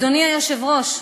אדוני היושב-ראש,